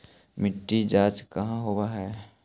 मिट्टी जाँच कहाँ होव है?